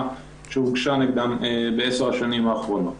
שהוגשה נגדם ב-10 השנים האחרונות.